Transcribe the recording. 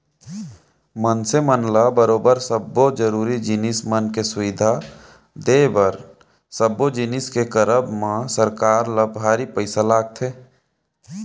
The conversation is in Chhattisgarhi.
मनसे मन ल बरोबर सब्बो जरुरी जिनिस मन के सुबिधा देय बर सब्बो जिनिस के करब म सरकार ल भारी पइसा लगथे